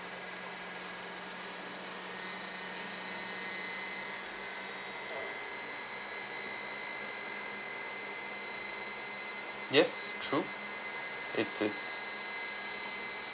yes true it's it's